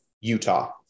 Utah